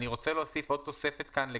אני רוצה להוסיף כאן עוד תוספת לגבי